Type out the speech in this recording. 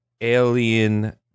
alien